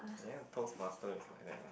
ya toast master is like that one